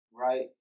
right